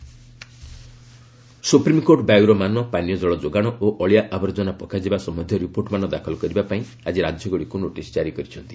SC pollution supreme court ବାୟୁରମାନ ପାନୀୟ ଜଳ ଯୋଗାଣ ଓ ଅଳିଆ ଆବର୍ଜନା ପକାଯିବା ସମ୍ପନ୍ଧୀୟ ରିପୋର୍ଟମାନ ଦାଖଲ କରିବା ପାଇଁ ଆଜି ରାଜ୍ୟଗୁଡ଼ିକୁ ନୋଟିସ୍ ଜାରି କରିଛନ୍ତି